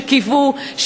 שקיוו,